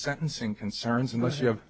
sentencing concerns unless you have